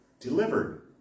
delivered